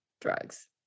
drugs